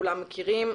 כולם מכירים.